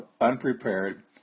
unprepared